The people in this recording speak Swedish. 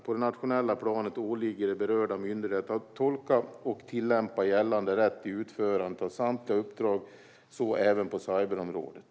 På det nationella planet åligger det berörda myndigheter att tolka och tillämpa gällande rätt i utförandet av samtliga uppdrag, så även på cyberområdet.